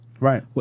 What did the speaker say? Right